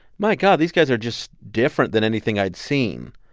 my god, these guys are just different than anything i'd seen.